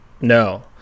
no